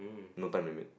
no time limit